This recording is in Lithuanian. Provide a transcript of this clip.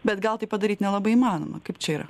bet gal tai padaryt nelabai įmanoma kaip čia yra